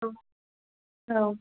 औ औ